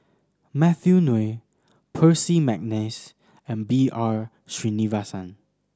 Matthew Ngui Percy McNeice and B R Sreenivasan